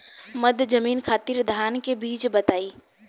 मध्य जमीन खातिर धान के बीज बताई?